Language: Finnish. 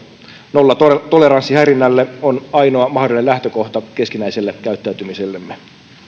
nollatoleranssi häirinnälle on ainoa mahdollinen lähtökohta keskinäiselle käyttäytymisellemme